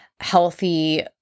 healthy